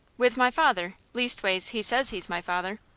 with my father. leastways, he says he's my father.